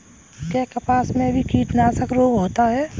क्या कपास में भी कीटनाशक रोग होता है?